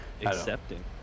accepting